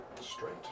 Straight